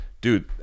Dude